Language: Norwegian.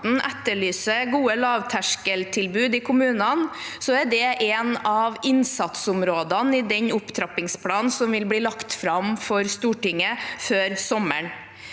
etterlyse gode lavterskeltilbud i kommunene – det er et av innsatsområdene i den opptrappingsplanen som vil bli lagt fram for Stortinget før sommeren.